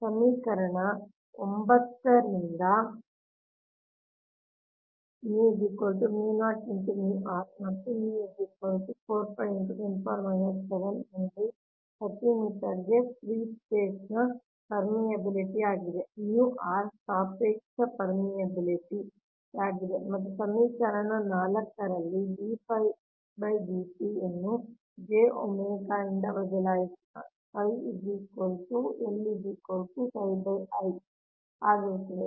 ಸಮೀಕರಣ 9 ರಿಂದ ಮತ್ತು ಹೆನ್ರಿ ಪ್ರತಿ ಮೀಟರ್ಗೆ ಫ್ರೀ ಸ್ಪೇಸ್ ನ ಪೆರ್ಮಿಯಬಿಲಿಟಿ ಆಗಿದೆ ಸಾಪೇಕ್ಷ ಪೆರ್ಮಿಯಬಿಲಿಟಿ ಯಾಗಿದೆ ಮತ್ತು ಸಮೀಕರಣ 4 ರಲ್ಲಿ ಯನ್ನು j⍵ ಯಿಂದ ಬದಲಿಸೋಣ ಮತ್ತು ಆಗಿರುತ್ತದೆ